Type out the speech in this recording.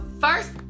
first